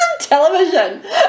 television